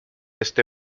este